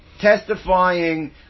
testifying